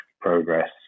progress